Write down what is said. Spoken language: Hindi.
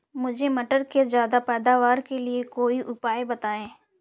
मुझे मटर के ज्यादा पैदावार के लिए कोई उपाय बताए?